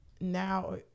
now